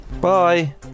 Bye